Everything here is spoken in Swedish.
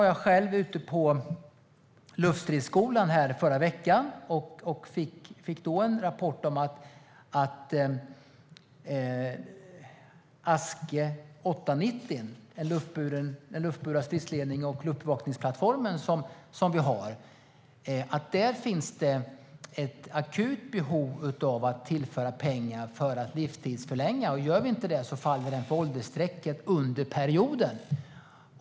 Jag var på Luftstridsskolan i förra veckan och fick då en rapport om att det finns ett akut behov av att tillföra pengar till ASC 890, Sveriges luftburna stridslednings och luftbevakningsplattform, för att livstidsförlänga. Gör vi inte det faller den för åldersstrecket under perioden.